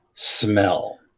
smell